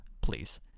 Please